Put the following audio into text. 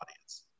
audience